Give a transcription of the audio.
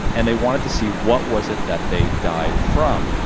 and they wanted to see what was it that they died from,